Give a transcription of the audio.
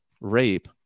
rape